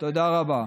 תודה רבה.